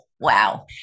Wow